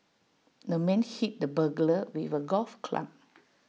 the man hit the burglar with A golf club